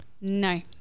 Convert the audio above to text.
No